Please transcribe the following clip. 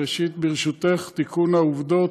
ראשית, ברשותך, תיקון העובדות: